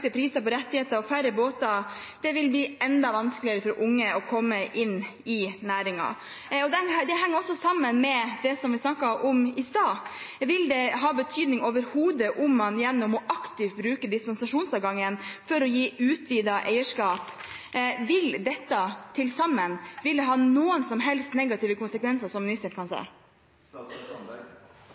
priser på rettigheter og færre båter vil det bli enda vanskeligere for unge å komme inn i næringen. Og det henger også sammen med det som vi snakket om i stad. Vil det overhodet ha betydning aktivt å bruke dispensasjonsadgangen for å gi utvidet eierskap – vil dette til sammen ha noen som helst negative konsekvenser, som ministeren kan se?